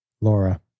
Laura